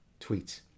tweets